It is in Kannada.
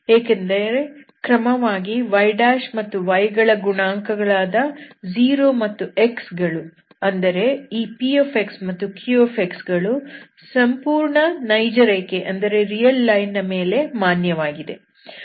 ಏಕೆಂದರೆ ಕ್ರಮವಾಗಿ y ಮತ್ತು y ಗಳ ಗುಣಾಂಕಗಳಾದ 0 ಮತ್ತು x ಗಳು ಅಂದರೆ ಈ p ಮತ್ತು q ಗಳು ಸಂಪೂರ್ಣ ನೈಜ ರೇಖೆ ಯ ಮೇಲೆ ಮಾನ್ಯವಾಗಿವೆ